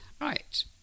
Right